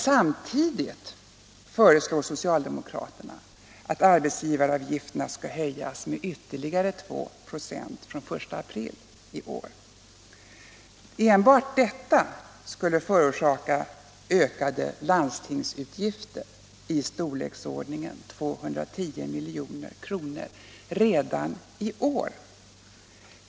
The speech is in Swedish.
Samtidigt föreslår de att arbetsgivaravgiften höjs med ytterligare 296 från 1 april i år. Detta skulle förorsaka ökade landstingsutgifter i storleksordningen 210 milj.kr. redan i år.